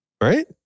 right